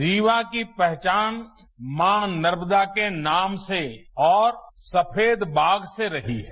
रीवा की पहचान मां नर्मदा के नाम से और सफेद बाग से रही है